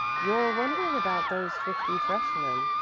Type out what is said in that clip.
you're wondering about those fifty freshmen,